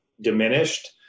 diminished